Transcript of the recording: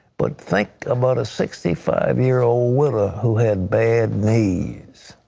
but think about a sixty five year old widow who had bad knees.